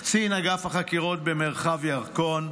קצין אגף החקירות במרחב ירקון,